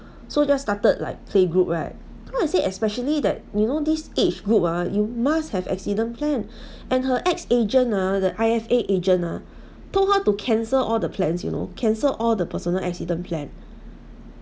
so just started like playgroup right so I say especially that you know this age group ah you must have accident plan and her ex agent ah the I_F_A agent ah told her to cancel all the plans you know cancel all the personal accident plan